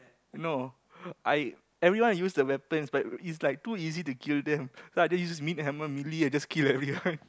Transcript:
no I everyone use the weapons but is like too easy to kill them so I just use meat hammer melee I just kill everyone